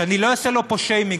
שאני לא אעשה לו פה שיימינג,